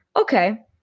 okay